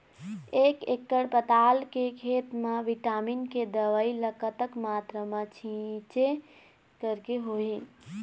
एक एकड़ पताल के खेत मा विटामिन के दवई ला कतक मात्रा मा छीचें करके होही?